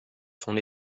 son